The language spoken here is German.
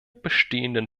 bestehenden